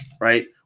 right